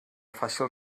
fàcil